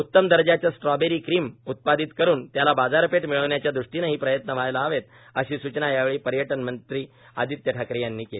उत्तम दर्जाचे strawberry cream उत्पादित करून त्याला बाजारपेठ मिळण्याच्या दृष्टीनंही प्रयत्न व्हायला हवेत अशी सूचना यावेळी पर्यटनमंत्री आदित्य ठाकरे यांनी केली